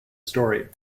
story